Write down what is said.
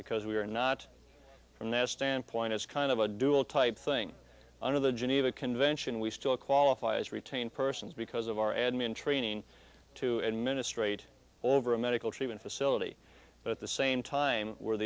because we are not from that standpoint it's kind of a dual type thing under the geneva convention we still qualify as retain persons because of our admin training to administrate over a medical treatment facility but the same time we're